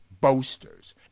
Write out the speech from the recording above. boasters